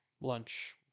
lunch